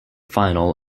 final